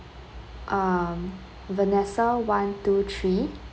um vanessa one two three